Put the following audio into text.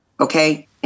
Okay